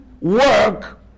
work